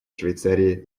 швейцарии